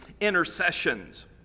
intercessions